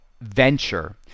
venture